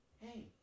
Hey